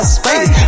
space